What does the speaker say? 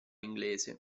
inglese